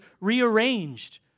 rearranged